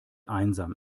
einsam